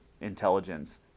intelligence